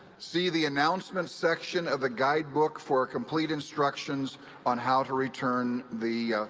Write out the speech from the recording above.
see the announcements section of the guidebook for complete instructions on how to return the